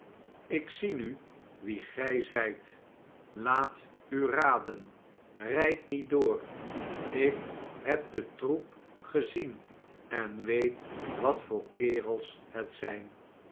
ik zie im wie gij zijt laat u raden rijd niet door ik heb den troep gnenet wat voor kerels het zijn